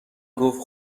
گفت